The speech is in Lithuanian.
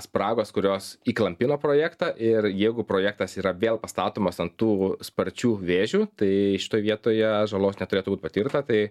spragos kurios įklampino projektą ir jeigu projektas yra vėl pastatomas ant tų sparčių vėžių tai šitoj vietoje žalos neturėtų būti patirta tai